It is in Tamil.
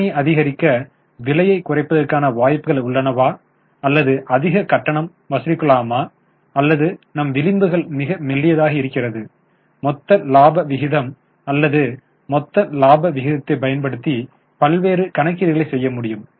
விற்பனையை அதிகரிக்க விலையை குறைப்பதற்கான வாய்ப்புகள் உள்ளனவா அல்லது அதிக கட்டணம் வசூலிக்கலாமா அல்லது நம் விளிம்புகள் மிக மெல்லியதாக இருக்கிறது மொத்த இலாப விகிதம் அல்லது மொத்த இலாப விகிதத்தை பயன்படுத்தி பல்வேறு கணக்கீடுகளை செய்ய முடியும்